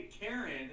Karen